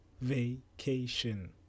vacation